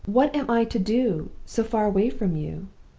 what am i to do, so far away from you